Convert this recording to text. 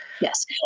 Yes